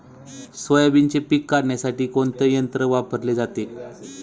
सोयाबीनचे पीक काढण्यासाठी कोणते यंत्र वापरले जाते?